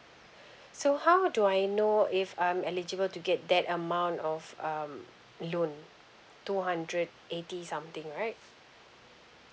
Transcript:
so how do I know if I'm eligible to get that amount of um loan two hundred eighty something right